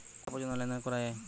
কটা পর্যন্ত লেন দেন করা য়ায়?